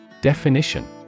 Definition